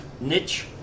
niche